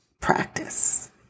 practice